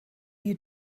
you